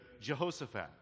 Jehoshaphat